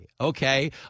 okay